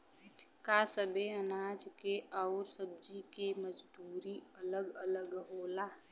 का सबे अनाज के अउर सब्ज़ी के मजदूरी अलग अलग होला?